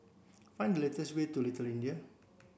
find the latest way to Little